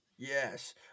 Yes